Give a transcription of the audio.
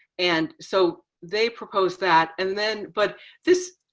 and so they propose that. and then, but this,